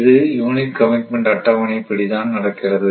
இது unit commitment அட்டவணை படி தான் நடக்கிறது